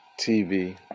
TV